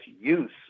use